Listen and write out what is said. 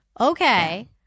Okay